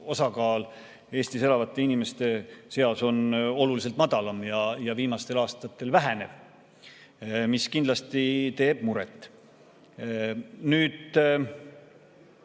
osakaal Eestis elavate inimeste seas on oluliselt madalam ja viimastel aastatel väheneb, mis kindlasti teeb